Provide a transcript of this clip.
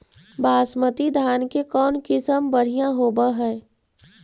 बासमती धान के कौन किसम बँढ़िया होब है?